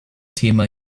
thema